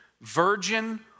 virgin